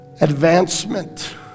advancement